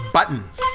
Buttons